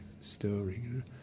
stirring